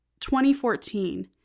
2014